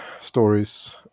stories